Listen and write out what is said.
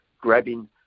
grabbing